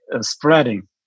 spreading